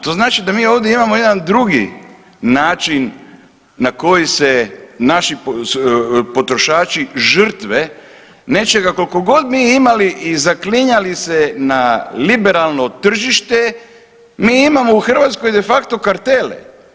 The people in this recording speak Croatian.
To znači da mi ovdje imamo jedan drugi način na koji su način potrošači žrtve nečega kolikogod mi imali i zaklinjali se na liberalno tržište, mi imamo u Hrvatskoj de facto kartele.